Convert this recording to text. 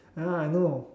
ya I know